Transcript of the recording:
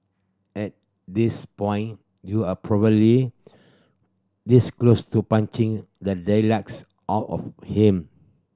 at this point you're probably this close to punching the daylights out of him